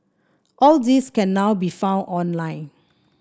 all these can now be found online